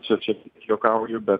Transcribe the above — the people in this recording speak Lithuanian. čia čia juokauju bet